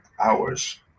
hours